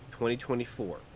2024